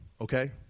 Okay